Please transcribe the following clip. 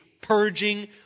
purging